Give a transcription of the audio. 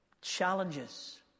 challenges